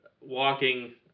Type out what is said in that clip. walking